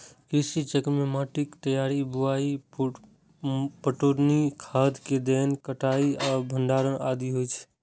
कृषि चक्र मे माटिक तैयारी, बुआई, पटौनी, खाद देनाय, कटाइ आ भंडारण आदि होइ छै